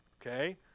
okay